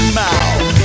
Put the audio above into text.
mouth